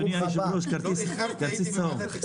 אדוני היושב-ראש, כרטיס צהוב...